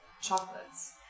chocolates